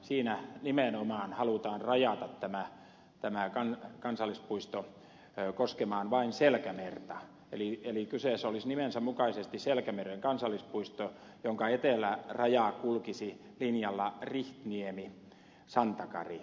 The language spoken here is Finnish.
siinä nimenomaan halutaan rajata tämä kansallispuisto koskemaan vain selkämerta eli kyseessä olisi nimensä mukaisesti selkämeren kansallispuisto jonka eteläraja kulkisi linjalla rihtniemisantakari